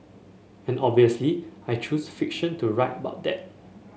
and obviously I choose fiction to write about that